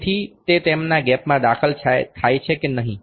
તેથી તે તેમના ગેપમાં દાખલ થાય છે કે નહી